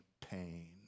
pain